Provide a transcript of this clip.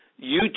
YouTube